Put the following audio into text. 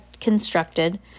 constructed